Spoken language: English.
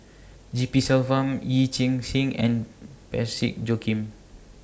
G P Selvam Yee Chia Hsing and Parsick Joaquim